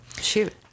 Shoot